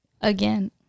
again